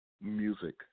music